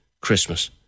Christmas